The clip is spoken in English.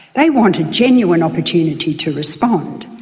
they want a genuine opportunity to respond.